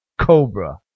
Cobra